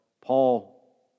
Paul